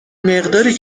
مقداری